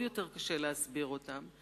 עוד יותר קשה להסביר אותם.